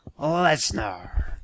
Lesnar